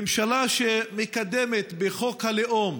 ממשלה שמקדמת בחוק הלאום